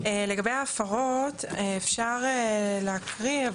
לגבי ההפרות, אפשר להקריא.